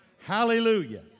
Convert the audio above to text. Hallelujah